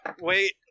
Wait